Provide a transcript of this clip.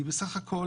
היא בסך הכול